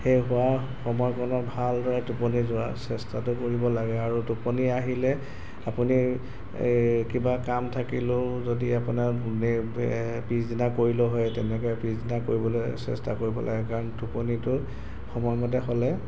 সেই শোৱাৰ সময়কণত ভালদৰে টোপনি যোৱা চেষ্টাটো কৰিব লাগে আৰু টোপনি আহিলে আপুনি এই কিবা কাম থাকিলেও যদি আপোনাৰ পিছদিনা কৰিলেও হয় তেনেকৈ পিছদিনা কৰিবলৈ চেষ্টা কৰিব লাগে কাৰণ টোপনিটো সময়মতে হ'লে